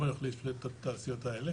למה הוא יחליש את התעשיות האלה?